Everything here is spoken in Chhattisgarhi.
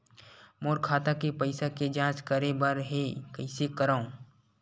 मोर खाता के पईसा के जांच करे बर हे, कइसे करंव?